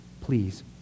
Please